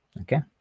okay